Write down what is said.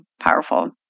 powerful